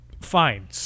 Fine